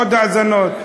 עוד האזנות.